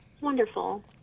Wonderful